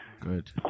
good